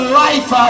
life